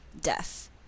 death